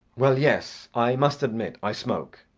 well, yes, i must admit i smoke.